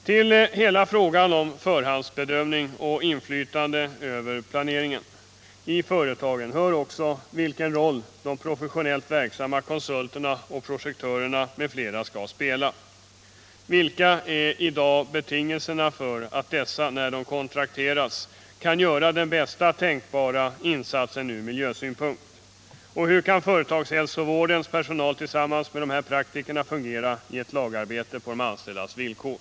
Till hela frågan om förhandsbedömning och inflytande över planeringen i företagen hör också vilken roll de professionellt verksamma konsulterna, projektörerna m.fl. skall spela. Vilka är i dag betingelserna för att dessa, när de kontrakterats, kan göra den bästa tänkbara insatsen från miljösynpunkt? Och hur kan företagshälsovårdens personal tillsammans med dessa praktiker fungera i ett lagarbete på de anställdas villkor?